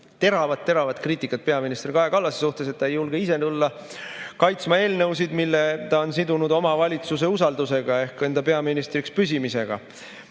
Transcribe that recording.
teravat‑teravat kriitikat peaminister Kaja Kallase suhtes, et ta ei julge ise tulla kaitsma eelnõusid, mille ta on sidunud oma valitsuse usaldamisega ehk enda peaministri kohal püsimisega.